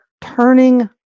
turning